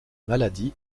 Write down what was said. maladie